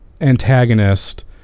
antagonist